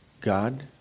God